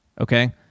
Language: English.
okay